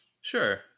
Sure